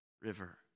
river